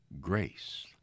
grace